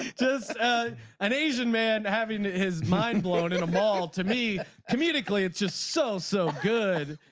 is an asian man having his mind blown in a ball. to me comedically it's just so so good.